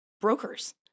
brokers